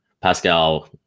Pascal